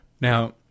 Now